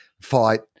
fight